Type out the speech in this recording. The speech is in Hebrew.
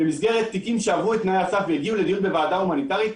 במסגרת תיקים שעברו את תנאי הסף והגיעו לדיון בוועדה ההומניטרית,